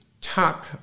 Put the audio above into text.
top